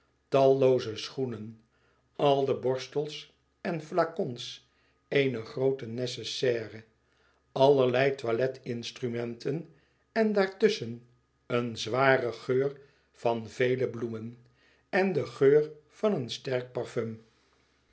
tallooze schoenen al de borstels en flacons eener groote necessaire allerlei toilet instrumenten en daartusschen een zware geur van vele bloemen en de geur van een sterk parfum